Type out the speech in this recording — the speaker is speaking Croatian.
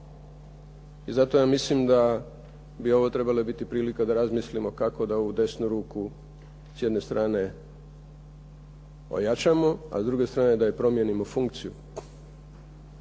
I zato ja mislim da bi ovo trebala biti prilika kako da ovu desnu ruku s jedne ojačamo a s druge strane da joj promijenimo funkciju.